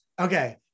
Okay